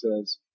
says